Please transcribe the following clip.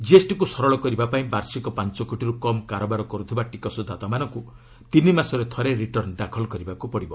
ଜିଏସ୍ଟିକୁ ସରଳ କରିବା ପାଇଁ ବାର୍ଷିକ ପାଞ୍ଚକୋଟିରୁ କମ୍ କାରବାର କରୁଥିବା ଟିକସ ଦାତାମାନଙ୍କୁ ତିନି ମାସରେ ଥରେ ରିଟର୍ଣ୍ଣ ଦାଖଲ କରିବାକୁ ପଡ଼ିବ